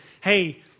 hey